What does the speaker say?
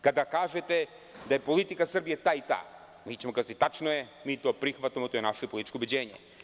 Kada kažete da je politika Srbije ta i ta, reći ćemo – tačno je, mi to prihvatamo, to je naše političko ubeđenje.